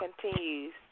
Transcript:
continues